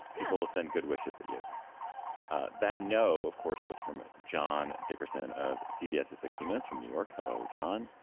people send good wishes that you ah that. no, of course, was from. john dickerson of cbs sixty minutes from new york. hello, john.